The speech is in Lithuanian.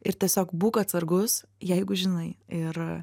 ir tiesiog būk atsargus jeigu žinai ir